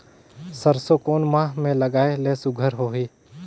सरसो कोन माह मे लगाय ले सुघ्घर होही?